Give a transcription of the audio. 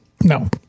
No